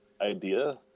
idea